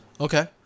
Okay